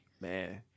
Man